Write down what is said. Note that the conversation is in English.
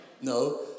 No